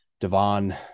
Devon